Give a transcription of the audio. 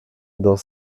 dans